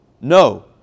no